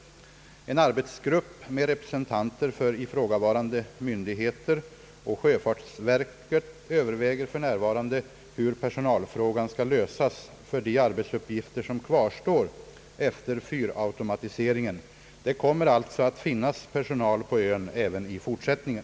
En arbetsgrupp med representanter för ifrågavarande myndigheter och sjöfartsverket överväger för närvarande hur personalfrågan skall lösas för de arbetsuppgifter som kvarstår efter fyrautomatiseringen. Det kommer alltså att finnas personal på ön även i fortsättningen.